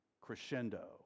crescendo